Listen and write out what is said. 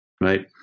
right